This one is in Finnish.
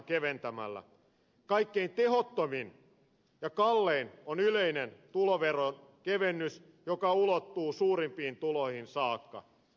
kaikkein tehottomin ja kallein tapa on yleinen tuloveron kevennys joka ulottuu suurimpiin tuloihin saakka